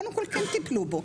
קודם כל כן טיפלו בו,